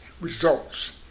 results